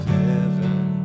heaven